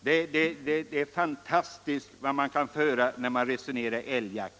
Det är fantastiskt så mycket man kan få höra, när man resonerar älgjakt.